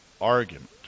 argument